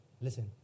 listen